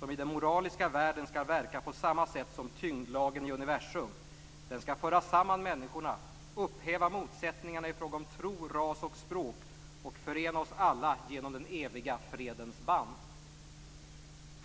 som i den moraliska världen skall verka på samma sätt som tyngdlagen i universum, den skall föra samman människorna, upphäva motsättningarna i fråga om tro, ras och språk och förena oss alla genom den eviga fredens band."